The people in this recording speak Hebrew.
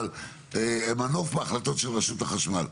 אבל מנוף בהחלטות של רשות החשמל.